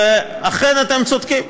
אכן, אתם צודקים,